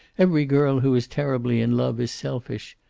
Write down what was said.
every girl who is terribly in love is selfish.